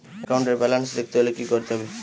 একাউন্টের ব্যালান্স দেখতে হলে কি করতে হবে?